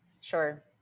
Sure